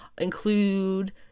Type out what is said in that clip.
include